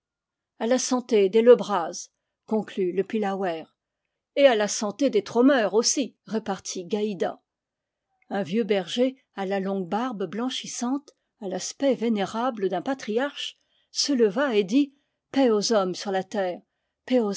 a la santé des le braz conclut le pil lawer et à la santé des tromeur aussi repartit gaïda un vieux berger à la longue barbe blanchissante à l'aspect vénérable d'un patriarche se leva et dit paix aux hommes sur la terre